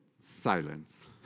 Silence